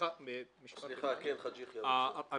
אני